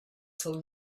till